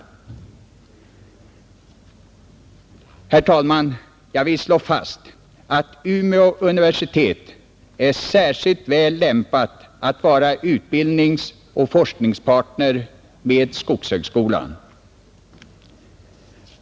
Herr talman! Jag vill slå fast att Umeå universitet är särskilt väl lämpat att vara utbildningsoch forskningspartner med skogshögskolan.